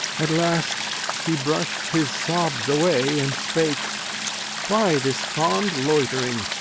at last he brushed his sobs away, and spake why this fond loitering?